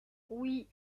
oui